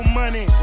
money